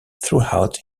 throughout